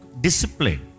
discipline